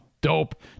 dope